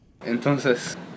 Entonces